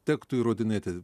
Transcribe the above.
tektų įrodinėti